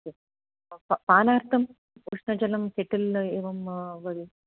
पानार्थम् उष्णजलं केटल् एवं भवेत्